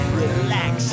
relax